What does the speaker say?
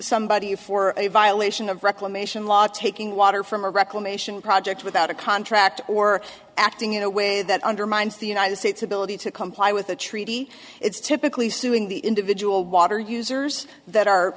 somebody for a violation of reclamation law taking water from a reclamation project without a contract or acting in a way that undermines the united states ability to comply with the treaty it's typically suing the individual water users that are